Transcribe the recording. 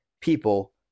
people